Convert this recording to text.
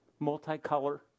multicolor